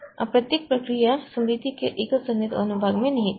और प्रत्येक प्रक्रिया स्मृति के एकल सन्निहित अनुभाग में निहित है